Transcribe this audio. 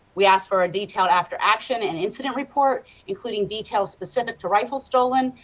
we ask for a detailed after action and incident report including details specific to rifle stolen,